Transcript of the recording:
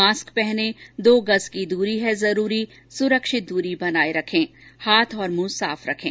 mask पहनें दो गज की दूरी है जरूरी सुरक्षित दूरी बनाए रखें हाथ और मुंह साफ रखें